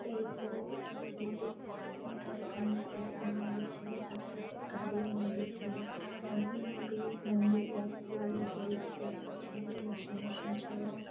એ લોકો મોટી મોટા રકમની પૈસા માંગે છે સાથે સાથે ગાડીઓ માંગે છે ઘરની અમુક એવી મોંઘી વસ્તુઓ જેવી કે એસી છે વોશિંગ મશીન છે